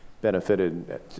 benefited